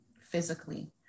physically